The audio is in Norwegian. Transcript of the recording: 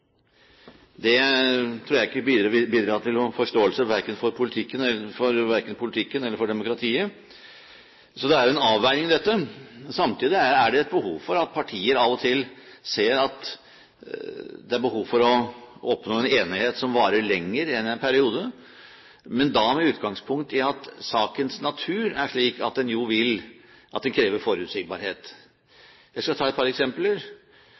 Det tror jeg ikke vil bidra til noen forståelse for verken politikken eller for demokratiet. Så det er en avveining dette. Samtidig er det et behov for at partier av og til ser at det er behov for å oppnå en enighet som varer lenger enn en periode – men da med utgangspunkt i at sakens natur er slik at den krever forutsigbarhet. Jeg skal ta et par eksempler.